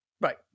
right